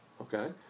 Okay